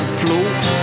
float